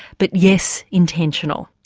but yes, intentional.